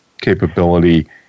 capability